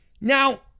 Now